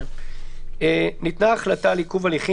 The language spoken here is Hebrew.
זהו העמוד הראשון.